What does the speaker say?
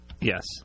Yes